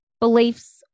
beliefs